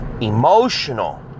emotional